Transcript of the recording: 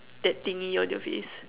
that thingy on your face